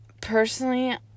personally